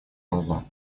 глаза